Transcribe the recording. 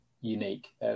unique